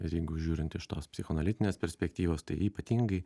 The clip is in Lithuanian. ir jeigu žiūrint iš tos psichoanalitinės perspektyvos tai ypatingai